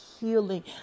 healing